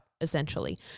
essentially